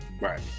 Right